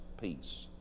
peace